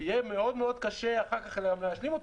שיהיה מאוד מאוד קשה אחר כך להשלים אותו.